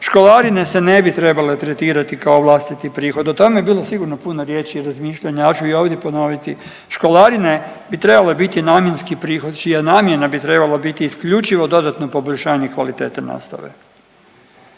Školarine se ne bi trebale tretirati kao vlastiti prihod. O tome je bilo sigurno puno riječi i razmišljanja. Ja ću i ovdje ponoviti, školarine bi trebale biti namjenski prihod čija namjena bi trebala biti isključivo dodatno poboljšanje kvalitete nastave.